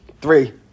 Three